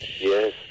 Yes